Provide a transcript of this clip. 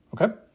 Okay